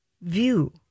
view